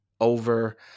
over